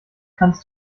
kannst